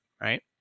right